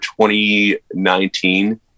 2019